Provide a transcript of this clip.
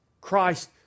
Christ